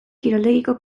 kiroldegiko